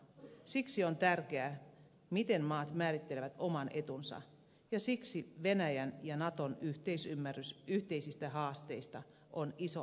siksi on tärkeää miten maat määrittelevät oman etunsa ja siksi venäjän ja naton yhteisymmärrys yhteisistä haasteista on iso askel